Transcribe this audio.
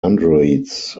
androids